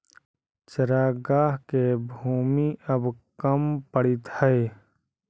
चरागाह के भूमि अब कम पड़ीत हइ